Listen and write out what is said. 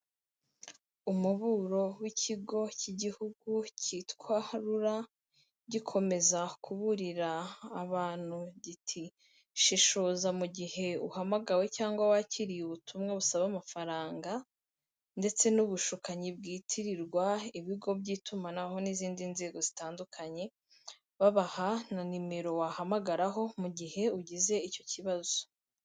Umuburo w'ikigo cy'igihugu cyitwa RURA gikomeza kuburira abantu giti: ''Shishoza mu gihe uhamagawe cyangwa wakiriye ubutumwa busaba amafaranga ndetse n'ubushukanyi bwitirirwa ibigo by'itumanaho n'izindi nzego zitandukanye." Babaha na nimero wahamagaraho mu gihe ugize icyo kibazo.